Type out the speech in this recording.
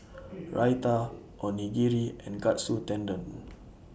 Raita Onigiri and Katsu Tendon